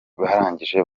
barangije